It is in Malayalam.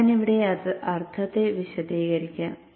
ഞാൻ ഇവിടെ അർത്ഥത്തിൽ വിശദീകരിക്കാം